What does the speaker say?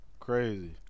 Crazy